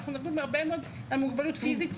אנחנו מדברים הרבה מאוד על מוגבלות פיזית,